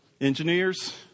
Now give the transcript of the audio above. engineers